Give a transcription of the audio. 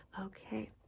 Okay